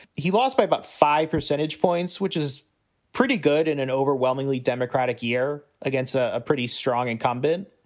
he lost by about five percentage points, which is pretty good in an overwhelmingly democratic year against a pretty strong incumbent.